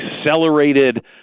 accelerated